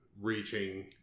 reaching